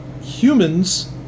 humans